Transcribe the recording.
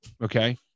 Okay